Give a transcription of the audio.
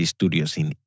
Studiosin